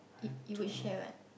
it it would share what